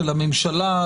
של הממשלה,